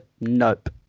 Nope